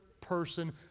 person